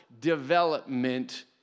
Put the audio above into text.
development